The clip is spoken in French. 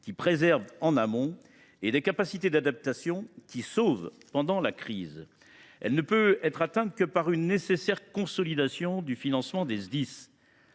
qui préservent en amont et des capacités d’adaptation qui sauvent pendant la crise. Cet objectif ne pourra être atteint que par une nécessaire consolidation du financement des Sdis.